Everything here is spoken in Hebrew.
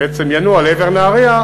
בעצם ינוע לעבר נהרייה,